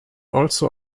also